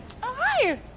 hi